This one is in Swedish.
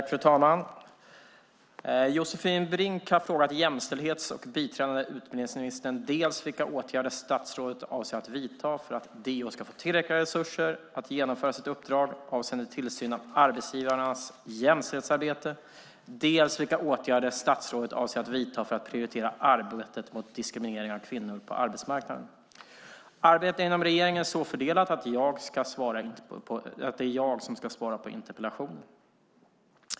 Fru talman! Josefin Brink har frågat jämställdhets och biträdande utbildningsministern dels vilka åtgärder statsrådet avser att vidta för att DO ska få tillräckliga resurser att genomföra sitt uppdrag avseende tillsyn av arbetsgivarnas jämställdhetsarbete, dels vilka åtgärder statsrådet avser att vidta för att prioritera arbetet mot diskriminering av kvinnor på arbetsmarknaden. Arbetet inom regeringen är så fördelat att det är jag som ska svara på interpellationen.